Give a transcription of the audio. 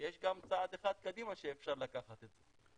יש גם צעד אחד קדימה שאפשר לקחת את זה.